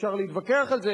אפשר להתווכח על זה,